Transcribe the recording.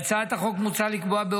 בהצעת החוק מוצע לקבוע,